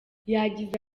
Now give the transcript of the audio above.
yagize